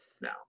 No